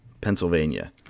Pennsylvania